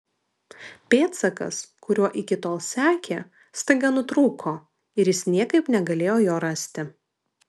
pėdsakas kuriuo iki tol sekė staiga nutrūko ir jis niekaip negalėjo jo rasti